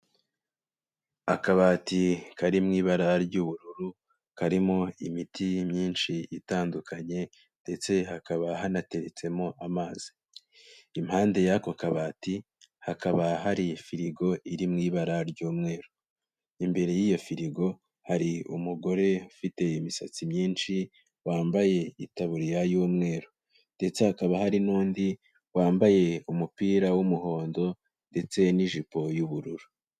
Akabati kari mu ibara ry'ubururu, karimo imiti myinshi itandukanye ndetse hakaba hanateretsemo amazi, impande y'ako kabati hakaba hari firigo iri mu ibara ry'umweru, imbere y'iyo firigo hari umugore ufite imisatsi myinshi, wambaye itaburiya y'umweru ndetse hakaba hari n'undi wambaye umupira w'umuhondo ndetse n'ijipo y'ubururu.